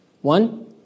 One